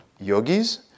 yogis